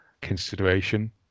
consideration